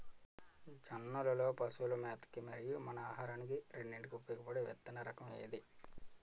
జొన్నలు లో పశువుల మేత కి మరియు మన ఆహారానికి రెండింటికి ఉపయోగపడే విత్తన రకం ఏది?